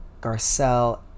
Garcelle